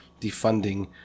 defunding